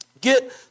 get